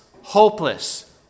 hopeless